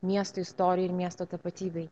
miesto istorijai ir miesto tapatybei